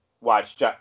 watch